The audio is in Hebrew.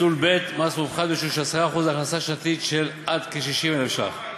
מסלול ב' מס מופחת בשיעור של 10% על הכנסה שנתית של עד כ-60,000 ש"ח.